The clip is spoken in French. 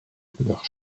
leurs